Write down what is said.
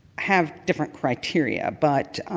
have different criteria, but